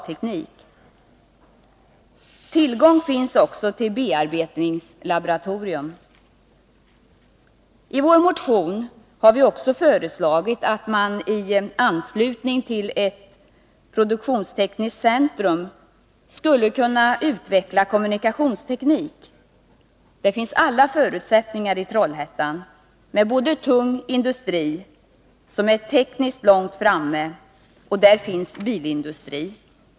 Tillgång finns också till ett bearbetningslaboratorium. I vår motion har vi även föreslagit att man i anslutning till ett produktionstekniskt centrum utvecklar kommunikationsteknik. Det finns alla förutsättningar för detta i Trollhättan, med både tung industri som är tekniskt långt framme, och bilindustri.